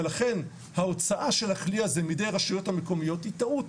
ולכן ההוצאה של הכלי הזה מידי הרשויות המקומיות היא טעות,